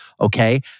Okay